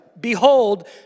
Behold